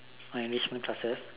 or enrichment classes